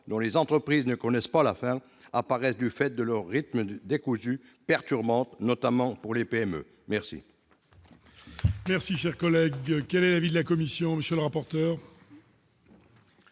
dans les entreprises ne connaissent pas la faire apparaître du fait de leur rythme décousu perturbant notamment pour les PME, merci.